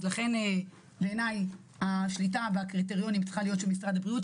לכן בעיני השליטה בקריטריונים צריכה להיות של משרד הבריאות.